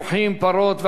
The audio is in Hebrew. פרות ועגלים,